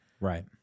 Right